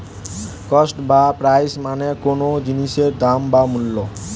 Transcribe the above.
cost বা price মানে কোনো জিনিসের দাম বা মূল্য